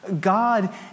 God